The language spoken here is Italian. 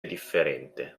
differente